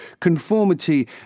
Conformity